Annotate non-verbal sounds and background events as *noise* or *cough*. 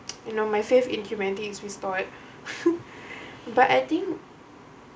*noise* you know my faith in humanity is like restored *laughs* but I think